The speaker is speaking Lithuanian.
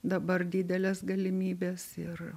dabar didelės galimybės ir